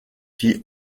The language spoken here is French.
qui